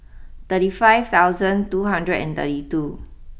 thirty five thousand two hundred and thirty two